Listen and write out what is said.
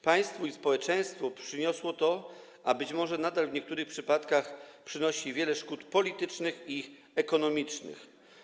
Państwu i społeczeństwu przyniosło to, a być może nadal w niektórych przypadkach przynosi, wiele szkód politycznych i ekonomicznych.